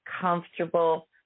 comfortable